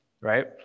right